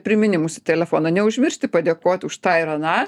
priminimus į telefoną neužmiršti padėkot už tą ir aną